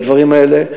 הדברים האלה,